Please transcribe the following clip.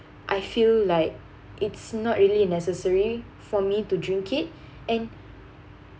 I feel like it's not really necessary for me to drink it and